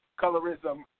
colorism